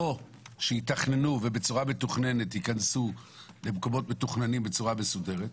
או שיתכננו וייכנסו בצורה מסודרת,